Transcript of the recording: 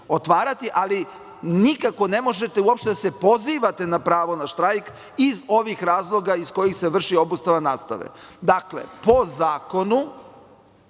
otvarati, ali nikako ne možete uopšte da se pozivate na pravo na štrajk iz ovih razloga iz kojih se vrši obustava nastave. Dakle, po zakonu